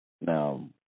Now